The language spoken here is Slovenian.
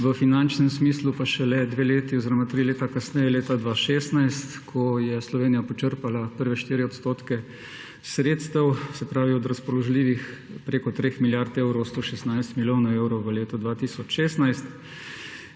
V finančnem smislu pa šele dve leti oziroma tri leta kasneje, leta 2016, ko je Slovenija počrpala prve 4 % sredstev, se pravi, od razpoložljivih preko 3 milijard evrov 116 milijonov evrov v letu 2016.